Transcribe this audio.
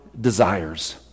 desires